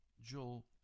Joel